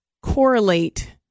correlate